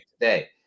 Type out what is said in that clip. today